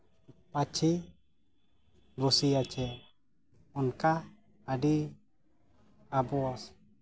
ᱢᱟᱹᱪᱷᱤ ᱵᱚᱥᱮ ᱟᱪᱷᱮ ᱚᱱᱠᱟ ᱟᱹᱰᱤ ᱟᱵᱚᱥ